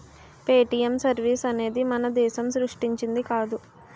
Paytm service అనేది మన దేశం సృష్టించింది కాదు